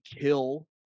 kill